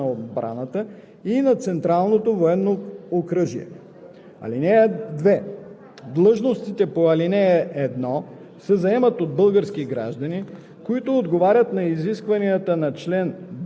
на срочна служба в доброволния резерв, се обявяват със заповед на министъра на отбраната и се публикуват на интернет страниците на Министерството на отбраната и на Централното военно окръжие.